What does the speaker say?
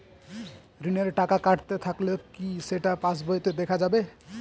ঋণের টাকা কাটতে থাকলে কি সেটা পাসবইতে দেখা যাবে?